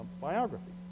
Biography